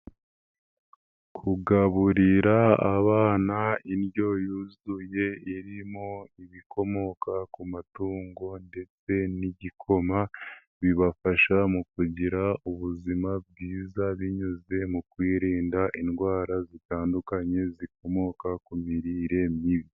Kugaburira abana indyo yuzuye irimo ibikomoka ku matungo ndetse n'igikoma bibafasha mu kugira ubuzima bwiza binyuze mu kwirinda indwara zitandukanye zikomoka ku mirire mibi.